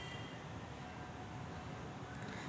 मक्याचं कोनचं यंत्र वापरा लागन?